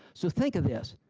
so think of this.